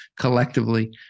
collectively